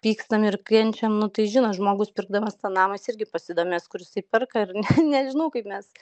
pykstam ir kenčiam nu tai žino žmogus pirkdamas tą namą jis irgi pasidomės kur jisai perka ir nežinau kaip mes